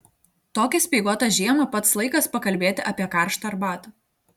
tokią speiguotą žiemą pats laikas pakalbėti apie karštą arbatą